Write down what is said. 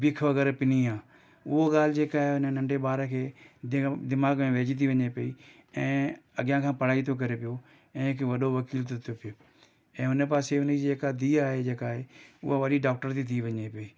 बीख वग़ैरह पिनी हां उहा ॻाल्हि जेका आहे उन नंढे ॿार खे दिमाग़ में वेहिजी थी वञे पई ऐं अॻियां खां पढ़ाई थो करे पियो ऐं हिकु वॾो वकील थो थिए पियो ऐं हुन पासे उनजी जेका धीअ आहे जेका आहे उहा वरी डाक्टर थी थी वञे पई